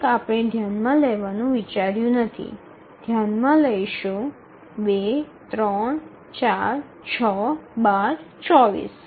એક આપણે ધ્યાનમાં લેવાનું વિચાર્યું નથી ધ્યાનમાં લઈશું ૨ ૩ ૪ ૬ ૧૨ ૨૪